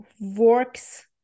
works